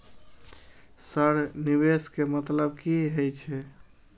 Sir निवेश के मतलब की हे छे?